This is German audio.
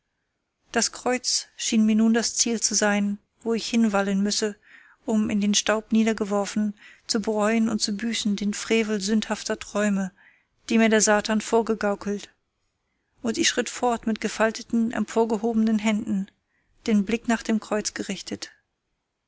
das kreuz schien mir nun das ziel zu sein wo ich hinwallen müsse um in den staub niedergeworfen zu bereuen und zu büßen den frevel sündhafter träume die mir der satan vorgegaukelt und ich schritt fort mit gefalteten emporgehobenen händen den blick nach dem kreuz gerichtet